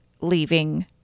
leaving